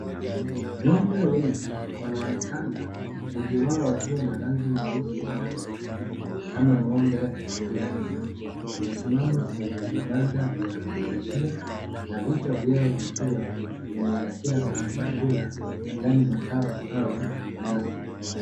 Ng'ombe wengi wanaonekana wengi wao wakiwa na rangi nyeusi na nyeupe kama ngombe wa Friesian, wamesimama kwenye vibanda vya kulishia na vichwa vyao vikiwa vimeelekea kwenye chakula majani makavu au nyasi.